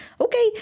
okay